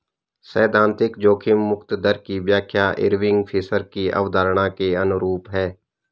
सैद्धांतिक जोखिम मुक्त दर की व्याख्या इरविंग फिशर की अवधारणा के अनुरूप है